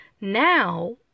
now